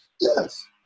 yes